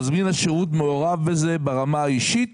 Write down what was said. מזמין השירות מעורב בזה ברמה האישית